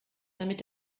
damit